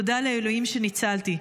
תודה לאלוהים שניצלתי,